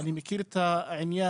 אני מכיר את העניין,